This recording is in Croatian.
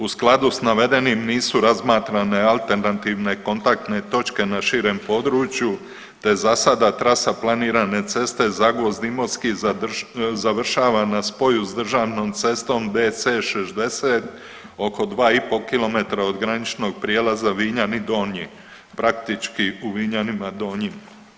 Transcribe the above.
U skladu s navedenim nisu razmatrane alternativne kontaktne točke na širem području, te za sada trasa planirane ceste Zagvozd-Imotski završava na spoju s državnom cestom DC-60, oko 2,5 km od graničnog prijelaza Vinjani Donji, praktički u Vinjanima Donjim.